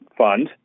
fund